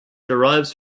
derives